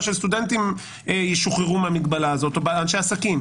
של סטודנטים ישוחררו מהמגבלה הזאת או אנשי עסקים,